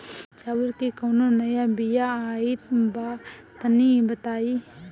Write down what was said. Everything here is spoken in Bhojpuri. चावल के कउनो नया बिया आइल बा तनि बताइ?